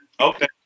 Okay